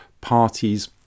parties